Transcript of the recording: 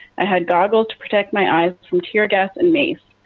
i had goggles to protect my eyes from teargas and mace.